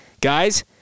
guys